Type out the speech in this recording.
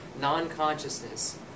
Non-consciousness